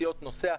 נסיעות נוסע.